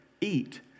eat